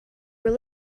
were